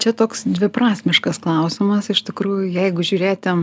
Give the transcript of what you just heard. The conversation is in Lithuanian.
čia toks dviprasmiškas klausimas iš tikrųjų jeigu žiūrėti